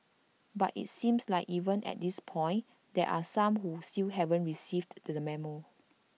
but IT seems like even at this point there are some who still haven't received the memo